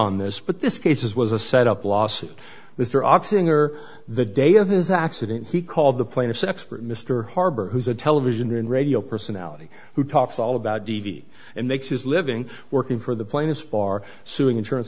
on this but this case is was a set up lawsuit mr oxen or the day of his accident he called the plaintiff's expert mr harber who's a television and radio personality who talks all about t v and makes his living working for the plaintiff's bar suing insurance